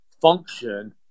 function